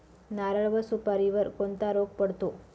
नारळ व सुपारीवर कोणता रोग पडतो?